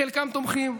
חלקם תומכים,